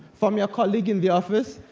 from your colleague in the office,